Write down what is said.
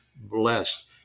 Blessed